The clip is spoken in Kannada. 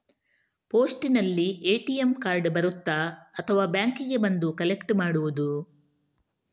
ಪೋಸ್ಟಿನಲ್ಲಿ ಎ.ಟಿ.ಎಂ ಕಾರ್ಡ್ ಬರುತ್ತಾ ಅಥವಾ ಬ್ಯಾಂಕಿಗೆ ಬಂದು ಕಲೆಕ್ಟ್ ಮಾಡುವುದು?